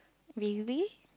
really